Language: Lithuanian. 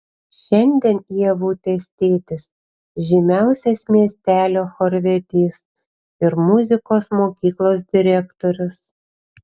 šiandien ievutės tėtis žymiausias miestelio chorvedys ir muzikos mokyklos direktorius